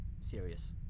serious